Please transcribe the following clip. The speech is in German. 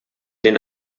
den